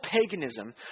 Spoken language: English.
paganism